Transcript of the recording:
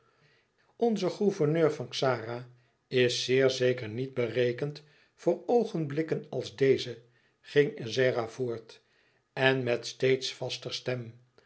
onze gouverneur van xara is zeer zeker niet berekend voor oogenblikken als deze ging ezzera voort en met steeds vaster stem